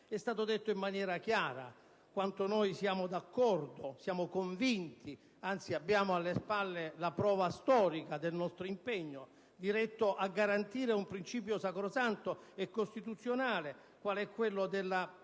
È stato detto in maniera chiara quanto siamo d'accordo, quanto siamo convinti; anzi, abbiamo alle spalle la prova storica del nostro impegno diretto a garantire un principio sacrosanto e costituzionale quale quello della